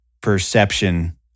perception